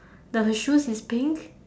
the shoes is pink